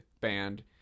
band